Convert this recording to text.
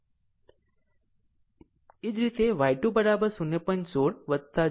12g 2 j b 2 g 2 is 0